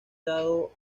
dado